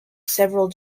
several